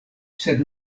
sed